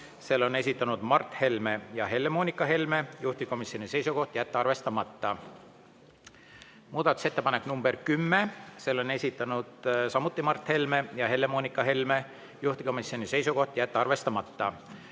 selle on esitanud Mart Helme ja Helle-Moonika Helme, juhtivkomisjoni seisukoht: jätta arvestamata. Muudatusettepanek nr 10, selle on esitanud samuti Mart Helme ja Helle-Moonika Helme, juhtivkomisjoni seisukoht: jätta arvestamata.